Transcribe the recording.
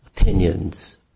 opinions